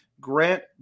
Grant